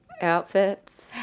outfits